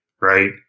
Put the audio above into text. right